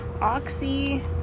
oxy